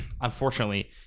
unfortunately